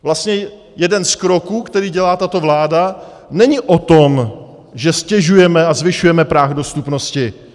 Vlastně jeden z kroků, který dělá tato vláda, není o tom, že ztěžujeme a zvyšujeme práh dostupnosti.